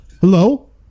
Hello